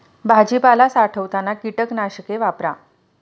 भाजीपाला साठवताना कीटकनाशके वापरा